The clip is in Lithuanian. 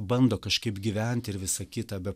bando kažkaip gyventi ir visa kita be